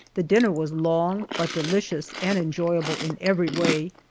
the dinner was long, but delicious and enjoyable in every way.